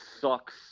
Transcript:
sucks